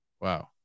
Wow